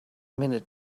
minute